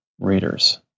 readers